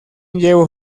llevo